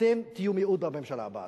אתם תהיו מיעוט בממשלה הבאה.